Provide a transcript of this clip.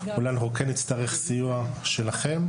אולם אנחנו כן נצטרך סיוע שלכם.